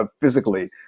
physically